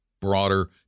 broader